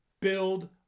Build